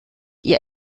ihr